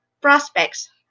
prospects